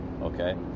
Okay